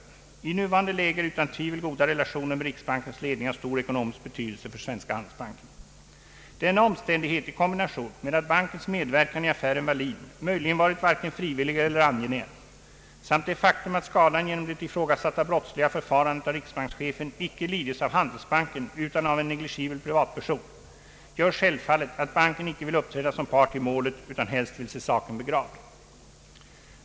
I nuvarande läge är utan tvivel goda relationer med Riksbankens ledning av stor ekonomisk betydelse för Svenska Handelsbanken. Denna omständighet i kombination med att bankens medverkan i "affären Wallin” möjligen varit varken frivillig eller angenäm, samt det faktum att skadan genom det ifrågasatta brottsliga förfarandet av riksbankschefen icke lidits av Handelsbanken utan av en negligibel privatperson, gör självfallet att banken icke vill uppträda som part i målet utan helst vill se saken begravd.